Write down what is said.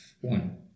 One